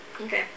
Okay